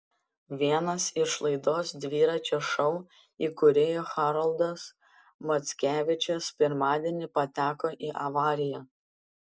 vienas iš laidos dviračio šou įkūrėjų haroldas mackevičius pirmadienį pateko į avariją